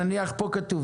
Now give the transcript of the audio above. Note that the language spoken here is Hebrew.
נניח פה כתוב,